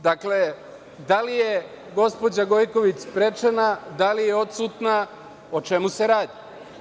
Dakle, da li je gospođa Gojković sprečena, da li je odsutna, o čemu se radi?